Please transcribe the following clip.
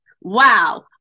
Wow